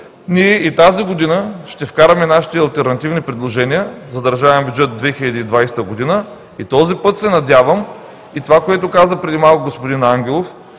Ние и тази година ще вкараме алтернативните си предложения за държавен бюджет 2020 г. и този път се надявам – и това, което каза преди малко господин Ангелов,